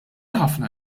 ħafna